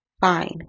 Fine